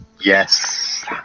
Yes